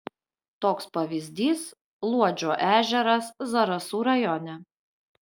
toks pavyzdys luodžio ežeras zarasų rajone